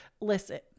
Listen